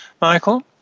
Michael